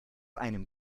einem